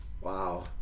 Wow